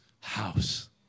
house